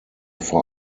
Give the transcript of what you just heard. vor